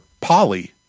Polly